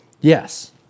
Yes